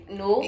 no